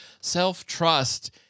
Self-trust